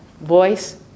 voice